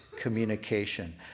communication